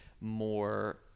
more